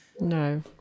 No